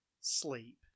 sleep